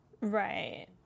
Right